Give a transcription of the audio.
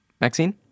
Maxine